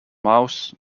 mouse